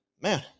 Man